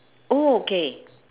oh K